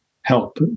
help